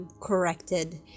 corrected